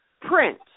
print